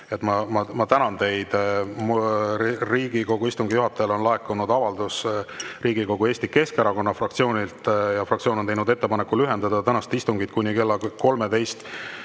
ma tänan teid. Riigikogu istungi juhatajale on laekunud avaldus Riigikogu Eesti Keskerakonna fraktsioonilt. Fraktsioon on teinud ettepaneku lühendada tänast istungit kuni kella 13‑ni.